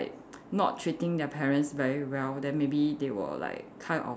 not treating their parents very well then maybe they will like kind of like